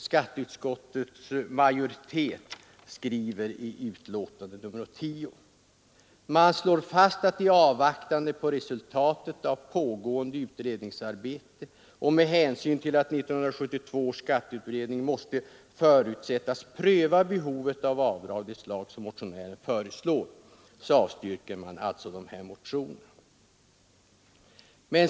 Skatteutskottets majoritet har skrivit i betänkandet nr 10:1 avvaktan på resultatet av pågående utredningsarbete och med hänsyn till att 1972 års skatteutredning måste förutsättas pröva behovet av avdrag av det slag, som motionärerna föreslår, avstyrker utskottet dessa motioner.